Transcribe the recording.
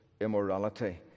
immorality